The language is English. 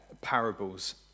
parables